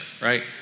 right